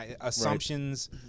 assumptions